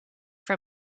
from